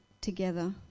together